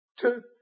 two